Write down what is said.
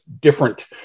different –